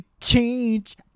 change